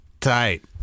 Tight